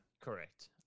Correct